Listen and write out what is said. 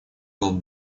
был